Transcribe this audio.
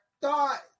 thought